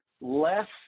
less